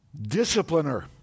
discipliner